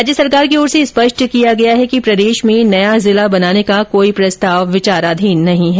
राज्य सरकार की ओर से स्पष्ट किया गया है कि प्रदेश में नया जिला बनाने का कोई प्रस्ताव विचाराधीन नहीं है